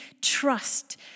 trust